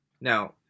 Now